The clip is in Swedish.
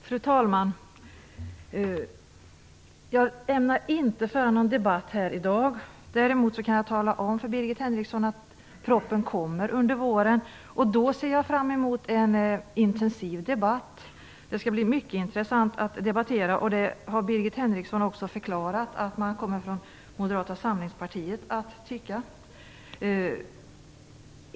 Fru talman! Jag ämnar inte föra någon debatt här i dag. Däremot kan jag tala om för Birgit Henriksson att propositionen kommer under våren och att jag ser fram emot en intensiv debatt då. Det skall bli mycket intressant att debattera den; Birgit Henriksson har också förklarat att man tycker detsamma inom Moderata samlingspartiet.